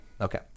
Okay